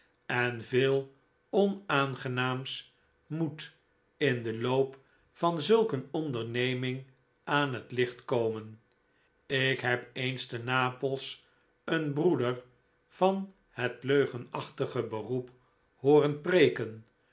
en veel onaangenaams moet in den loop van zulk een onderneming aan het licht komen ik heb eens te napels een broeder van het leugenachtige beroep hooren preeken